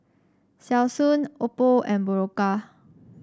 Selsun Oppo and Berocca